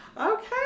Okay